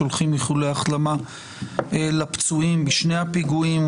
שולחים איחולי החלמה לפצועים בשני הפיגועים,